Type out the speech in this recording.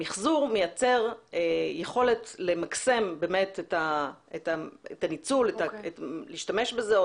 המחזור מייצר יכולת למקסם את הניצול, להשתמש בזה.